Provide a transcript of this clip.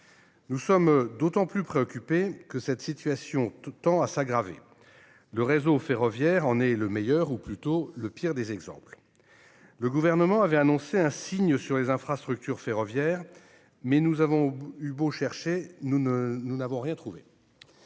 Nous sommes d'autant plus préoccupés que cette situation tend à s'aggraver ; le réseau ferroviaire en est le meilleur, ou plutôt le pire des exemples. Le Gouvernement avait annoncé un signe sur les infrastructures ferroviaires, mais nous avons eu beau chercher, nous n'avons rien trouvé.